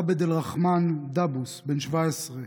עבד אלרחמאן דבוס, בן 17,